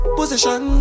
position